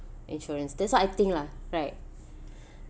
insurance that's what I think lah right